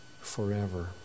forever